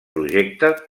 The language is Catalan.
projecte